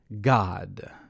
God